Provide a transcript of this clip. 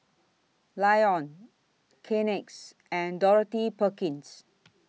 Lion Kleenex and Dorothy Perkins